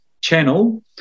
channel